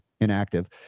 inactive